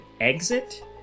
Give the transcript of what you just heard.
exit